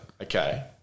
Okay